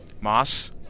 Moss